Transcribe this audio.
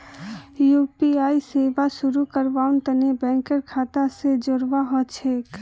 UPI सेवा शुरू करवार तने बैंक खाता स जोड़वा ह छेक